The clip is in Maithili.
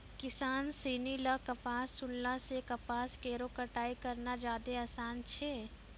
किसान सिनी ल कपास चुनला सें कपास केरो कटाई करना जादे आसान छै